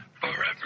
forever